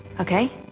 Okay